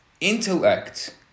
intellect